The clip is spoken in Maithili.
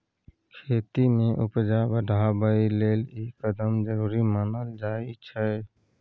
खेती में उपजा बढ़ाबइ लेल ई कदम जरूरी मानल जाइ छै